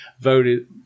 voted